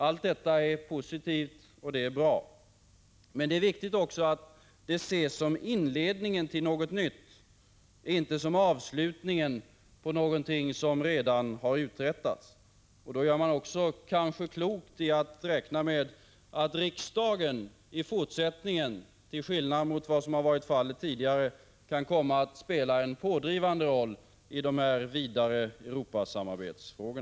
Allt detta är positivt och bra. Men det är också viktigt att detta ses som en inledning till något nytt och inte som en avslutning på någonting som redan uträttats. Då gör man kanske också klokt i att räkna med att riksdagen i fortsättningen — till skillnad mot vad som varit fallet tidigare — kan komma att spela en pådrivande roll i dessa vidare Europasamarbetsfrågor.